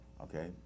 okay